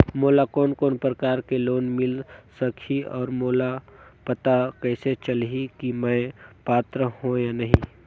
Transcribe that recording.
मोला कोन कोन प्रकार के लोन मिल सकही और मोला पता कइसे चलही की मैं पात्र हों या नहीं?